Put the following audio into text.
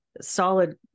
solid